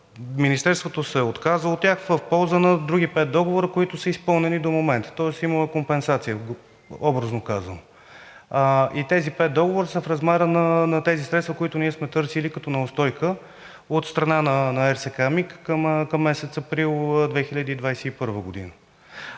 Министерството се е отказало от тях в полза на други пет договора, които са изпълнени до момента, тоест имало е компенсация, образно казано. И тези пет договора са в размера на тези средства, които ние сме търсили като неустойка от страна на РСК „МиГ“ към месец април 2021 г.